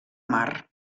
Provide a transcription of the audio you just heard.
mar